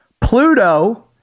Pluto